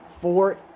four